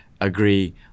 agree